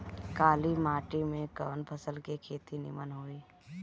काली माटी में कवन फसल के खेती नीमन होई?